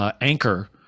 anchor